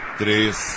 três